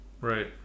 Right